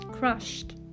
crushed